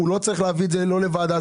הוא לא צריך להביא את זה לא לוועדה,